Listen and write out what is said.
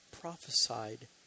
prophesied